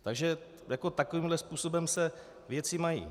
Takže takovýmhle způsobem se věci mají.